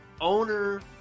owner